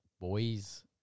Boys